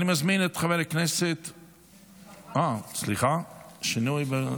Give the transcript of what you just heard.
אני מזמין את חבר הכנסת, אה, סליחה, שינוי.